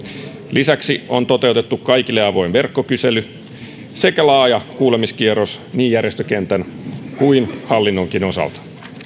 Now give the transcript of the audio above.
lisäksi on toteutettu kaikille avoin verkkokysely sekä laaja kuulemiskierros niin järjestökentän kuin hallinnonkin osalta